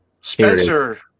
Spencer